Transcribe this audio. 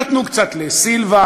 נתנו קצת לסילבן,